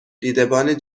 دیدبان